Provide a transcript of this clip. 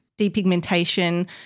depigmentation